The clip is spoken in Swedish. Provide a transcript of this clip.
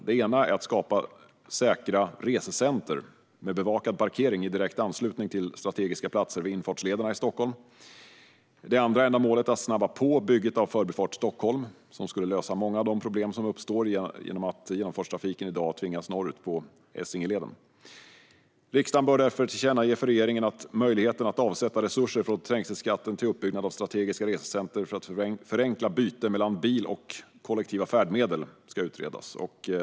Det ena är att skapa säkra resecentrum med bevakad parkering i direkt anslutning till strategiska platser vid infartslederna i Stockholm, och det andra är att snabba på bygget av Förbifart Stockholm. Det skulle lösa många av de problem som uppstår genom att dagens genomfartstrafik tvingas norrut på Essingeleden. Riksdagen bör därför tillkännage för regeringen att möjligheten att avsätta resurser från trängselskatten till uppbyggnad av strategiska resecentrum för att förenkla byte mellan bil och kollektiva färdmedel ska utredas.